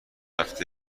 رفته